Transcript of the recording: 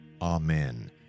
Amen